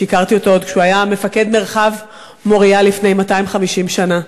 שהכרתי אותו עוד כשהוא היה מפקד מרחב מוריה לפני מאתיים-חמישים שנה.